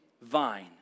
vine